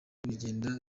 bigenda